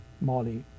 molly